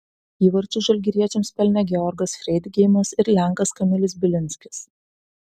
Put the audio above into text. įvarčius žalgiriečiams pelnė georgas freidgeimas ir lenkas kamilis bilinskis